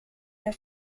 der